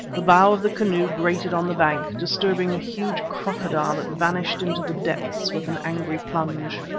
the bow of the canoe grated on the bank, disturbing a huge crocodile that vanished into the depths with an angry plunge.